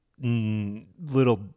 little